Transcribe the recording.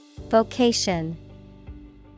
Vocation